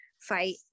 fight